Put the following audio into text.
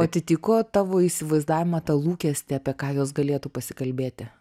atitiko tavo įsivaizdavimą tą lūkestį apie ką jos galėtų pasikalbėti